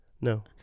No